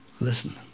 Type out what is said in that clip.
Listen